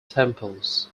temples